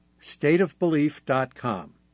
stateofbelief.com